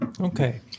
Okay